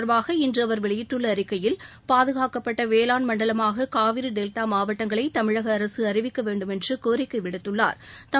தொடர்பாக இன்று அவர் வெளியிட்டுள்ள அழிக்கையில் பாதுகாக்கப்பட்ட வேளான் இத மண்டலமாக காவிரி டெல்டா மாவட்டங்களை தமிழக அரசு அறிவிக்க வேண்டுமென்று கோரிக்கை விடுத்துள்ளா்